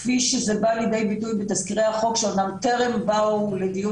כפי שזה בא לידי ביטוי בתזכירי החוק שאמנם טרם באו לדיון